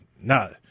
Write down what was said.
No